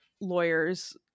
lawyers